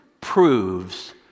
proves